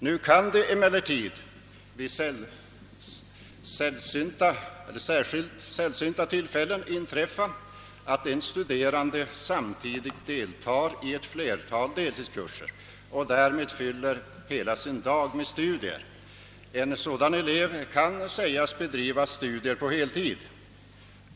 Nu kan det emellertid vid särskilt sällsynta tillfällen inträffa att en studerande samtidigt deltar i ett flertal deltidskurser och därmed fyller hela sin dag med studier. En sådan elev kan sägas bedriva studier på heltid.